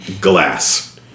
Glass